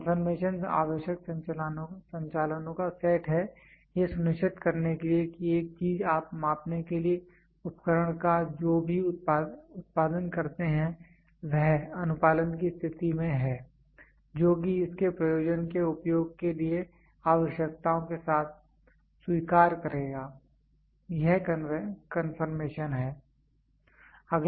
conformation आवश्यक संचालनों का सेट है यह सुनिश्चित करने के लिए कि एक चीज आप मापने के उपकरण का जो भी उत्पादन करते हैं वह अनुपालन की स्थिति में है जो कि इसके प्रयोजन के उपयोग के लिए आवश्यकताओं के साथ स्वीकार करेगा यह कन्फर्मेशन है